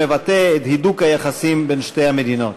שמבטא את הידוק היחסים בין שתי המדינות.